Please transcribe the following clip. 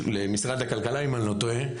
למשרד הכלכלה אם אני לא טועה,